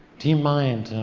deep mind,